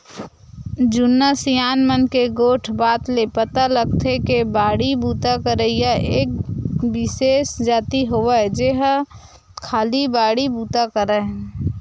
जुन्ना सियान मन के गोठ बात ले पता लगथे के बाड़ी बूता करइया एक बिसेस जाति होवय जेहा खाली बाड़ी बुता करय